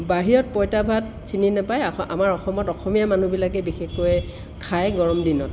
বাহিৰত পঁইতা ভাত চিনি নাপায় আমাৰ অসমত অসমীয়া মানুহবিলাকে বিশেষকৈ খাই গৰমদিনত